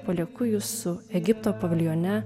palieku jus su egipto paviljone